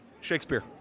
Shakespeare